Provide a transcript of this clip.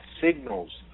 signals